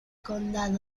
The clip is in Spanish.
condado